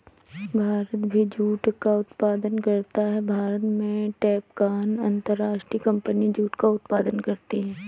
भारत भी जूट का उत्पादन करता है भारत में टैपकॉन अंतरराष्ट्रीय कंपनी जूट का उत्पादन करती है